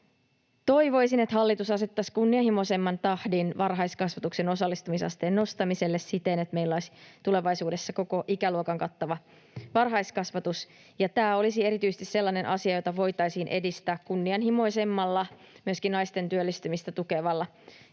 toivoisin, että hallitus asettaisi kunnianhimoisemman tahdin varhaiskasvatuksen osallistumisasteen nostamiselle siten, että meillä olisi tulevaisuudessa koko ikäluokan kattava varhaiskasvatus. Tämä olisi erityisesti sellainen asia, jota voitaisiin edistää kunnianhimoisemmalla, myöskin naisten työllistymistä tukevalla